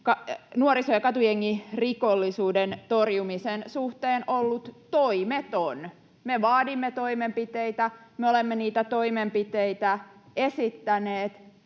nuoriso‑ ja katujengirikollisuuden torjumisen suhteen ollut toimeton. Me vaadimme toimenpiteitä, me olemme niitä toimenpiteitä esittäneet,